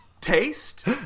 taste